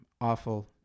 Awful